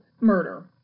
murder